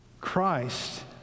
Christ